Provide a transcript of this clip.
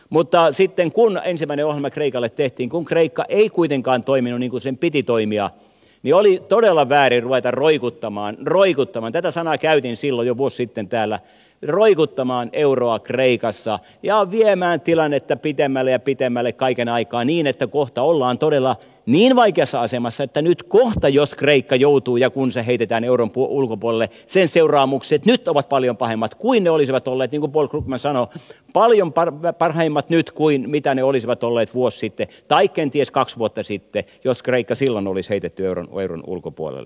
mutta sitten kun ensimmäinen ohjelma kreikalle tehtiin kun kreikka ei kuitenkaan toiminut niin kuin sen piti toimia oli todella väärin ruveta roikuttamaan roikuttamaan tätä sanaa käytin jo vuosi sitten täällä kreikkaa eurossa ja viemään tilannetta pitemmälle ja pitemmälle kaiken aikaa niin että kohta ollaan todella niin vaikeassa asemassa että jos kreikka kohta joutuu ja kun se heitetään euron ulkopuolelle sen seuraamukset niin kuin paul krugman sanoo ovat paljon pahemmat nyt kuin mitä ne olisivat olleet vuosi sitten tai kenties kaksi vuotta sitten jos kreikka silloin olisi heitetty euron ulkopuolelle